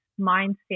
mindset